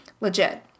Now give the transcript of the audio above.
Legit